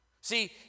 See